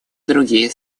другие